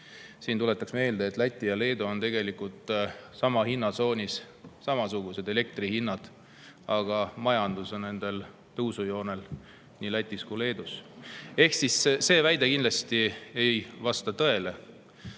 Tuletan aga meelde, et Läti ja Leedu on tegelikult samas hinnatsoonis, seal on samasugused elektri hinnad, aga majandus on tõusujoonel nii Lätis kui ka Leedus. Ehk siis see väide kindlasti ei vasta tõele.